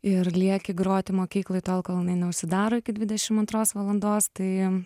ir lieki groti mokykloj tol kol jinai neužsidaro iki dvidešim antros valandos tai